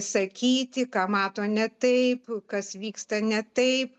sakyti ką mato ne taip kas vyksta ne taip